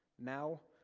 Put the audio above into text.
now,